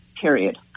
period